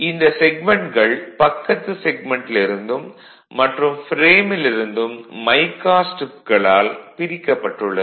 இந்தச் செக்மென்ட்கள் பக்கத்து செக்மென்ட்டிலிருந்தும் மற்றும் ஃப்ரேமிலிருந்தும் மைகா ஸ்ட்ரிப்ஸ் களால் பிரிக்கப்பட்டுள்ளது